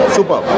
Super